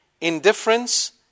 indifference